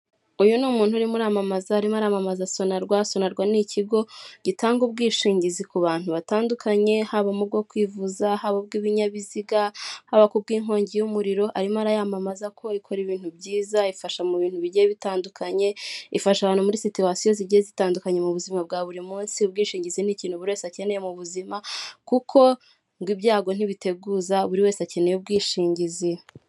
Uyu ni umuntu urimo urimamaza arimo aramamaza sonarwa, sonarwa ni ikigo gitanga ubwishingizi ku bantu batandukanye haba mu bwo kwivuza, haba ubw'ibinyabiziga, haba ku bw'inkongi y'umuriro arimo arayamamaza ko ikora ibintu byiza ifasha mu bintu bigiye bitandukanye, ifasha abantu muri situwasiyo zigenda zitandukanye mu buzima bwa buri munsi, ubwishingizi ni ikintu buri wese akeneye mu buzima kuko ngo ibyago ntibiteguza buri wese akeneye ubwishingizi.